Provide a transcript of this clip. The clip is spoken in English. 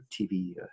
TV